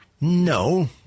No